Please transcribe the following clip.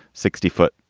sixty foot,